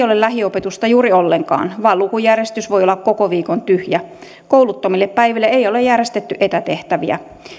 ole lähiopetusta juuri ollenkaan vaan lukujärjestys voi olla koko viikon tyhjä kouluttomille päiville ei ole järjestetty etätehtäviä